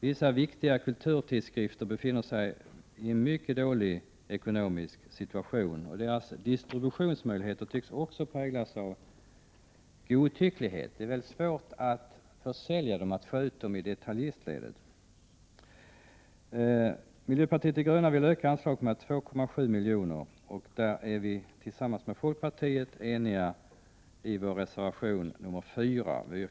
Vissa viktiga kulturtidskrifter har en mycket svår ekonomisk situation. Distributionen tycks också präglas av godtycklighet. Det är svårt att få ut kulturtidskrifterna till detaljistledet och sälja dem. Miljöpartiet de gröna vill öka anslaget med 2,7 milj.kr. Här är vi eniga med folkpartiet och yrkar bifall till reservation 4.